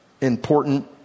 important